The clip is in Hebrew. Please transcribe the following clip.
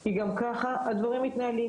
כי גם ככה הדברים מתנהלים.